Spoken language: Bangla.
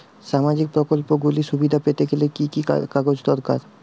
সামাজীক প্রকল্পগুলি সুবিধা পেতে গেলে কি কি কাগজ দরকার?